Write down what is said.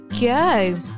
go